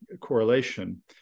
correlation